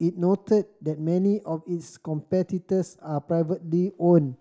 it noted that many of its competitors are privately own